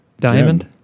Diamond